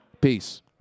peace